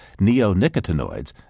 neonicotinoids